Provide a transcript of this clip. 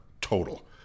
total